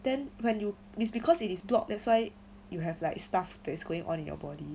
then when you it is because it is blocked that's why you have like stuff that's is going on in your body